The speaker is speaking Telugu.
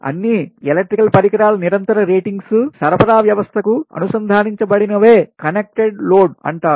అన్ని ఎలక్ట్రికల్ పరికరాల నిరంతర రేటింగ్స్ సరఫరా వ్యవస్థకు అనుసంధానించబడినవే కనెక్ట్డ్ లోడ్ అంటారు